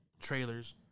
trailers